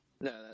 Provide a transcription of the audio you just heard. No